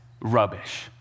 rubbish